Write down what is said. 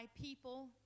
people